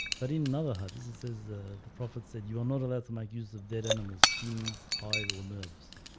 but in another hood this is says the the prophet said you are not allowed to make use of dead animal skins hide or nervous